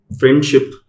friendship